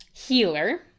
healer